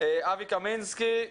אבי קמינסקי,